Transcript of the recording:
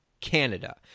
Canada